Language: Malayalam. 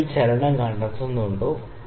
കുമിളയിൽ ചലനം കണ്ടെത്തുന്നുണ്ടോ